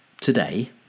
today